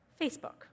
Facebook